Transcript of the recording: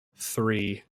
three